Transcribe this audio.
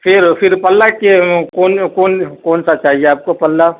پھر پھر پلا کیوں کون کون کون سا چاہیے آپ کو پلا